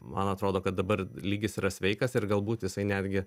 man atrodo kad dabar lygis yra sveikas ir galbūt jisai netgi